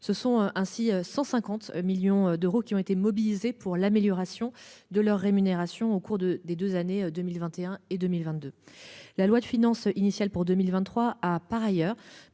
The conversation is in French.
ce sont ainsi 150 millions d'euros qui ont été mobilisés pour l'amélioration de leur rémunération. Au cours de des 2 années 2021 et 2022, la loi de finances initiale pour 2023 a par ailleurs